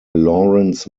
laurence